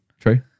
True